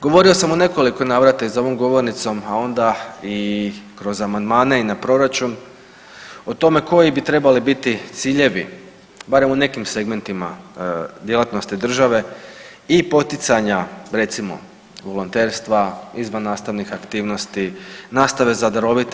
Govorio sam u nekoliko navrata i za ovom govornicom, a onda i kroz amandmane i na proračun o tome koji bi trebali biti ciljevi barem u nekim segmentima djelatnosti države i poticanja recimo volonterstva, izvan nastavnih aktivnosti, nastave za darovite.